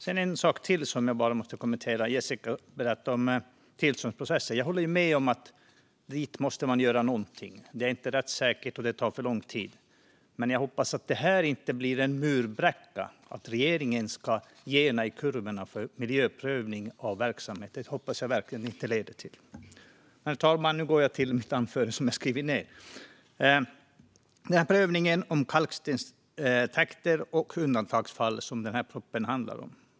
Det är en sak till som jag bara måste kommentera. Jessica Rosencrantz berättade om tillståndsprocesser. Jag håller med om att där måste man göra någonting. Det är inte rättssäkert, och det tar för lång tid. Men jag hoppas att det här inte blir en murbräcka så att regeringen ska gena i kurvorna för miljöprövning av verksamhet. Det hoppas jag verkligen att det inte leder till. Herr talman! Nu går jag över till mitt anförande som jag skrivit ned om prövningen av kalkstenstäkter i undantagsfall, som den här propositionen handlar om.